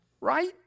Right